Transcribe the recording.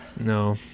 No